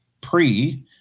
pre